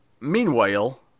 Meanwhile